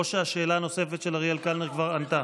או שהשאלה הנוספת של אריאל קלנר כבר ענתה?